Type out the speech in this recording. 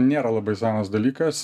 nėra labai senas dalykas